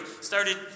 started